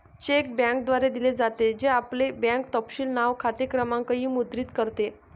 check बँकेद्वारे दिले जाते, जे आपले बँक तपशील नाव, खाते क्रमांक इ मुद्रित करते